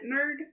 nerd